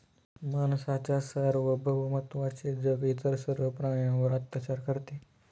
माणसाच्या सार्वभौमत्वाचे जग इतर सर्व प्राण्यांवर अत्याचार करते